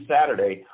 Saturday